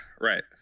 Right